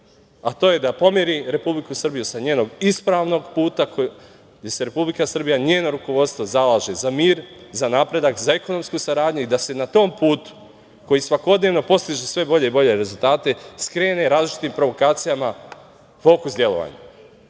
a to je da pomeri Republiku Srbiju sa njenog ispravnog puta, jer se Republika Srbija, njeno rukovodstvo zalaže za mir, za napredak, za ekonomsku saradnju i da se na tom putu, koji svakodnevno postiže sve bolje i bolje rezultate, skrene različitim provokacijama fokus delovanja